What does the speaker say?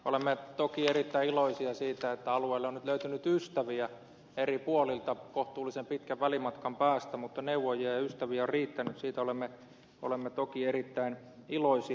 olemme toki erittäin iloisia siitä että alueelle on nyt löytynyt ystäviä eri puolilta kohtuullisen pitkän välimatkan päästä neuvoja ja ystäviä on riittänyt siitä olemme toki erittäin iloisia